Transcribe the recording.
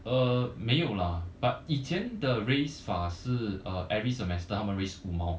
uh 没有 lah but 以前的 raise 法是 uh every semester 他们 raise 五毛